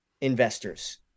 investors